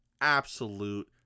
absolute